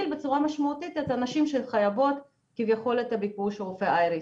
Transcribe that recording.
בצורה משמעותית את הנשים שחייבו ת את הביקוש לרופא ---.